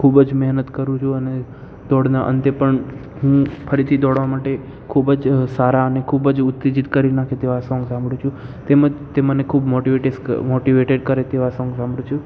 ખૂબ જ મહેનત કરું છું અને દોડના અંતે પણ હું ફરીથી દોડવા માટે ખૂબ જ સારા અને ખૂબ જ ઉત્તેજીત કરી નાંખે તેવા સોંગ સાંભળું છું તેમજ તે મને ખૂબ મોટિવેટેડ સ મોટીવેટેડ કરે તેવા સોંગ સાંભળું છું